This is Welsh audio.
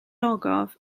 ogof